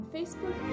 Facebook